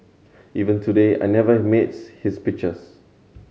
even today I never miss his speeches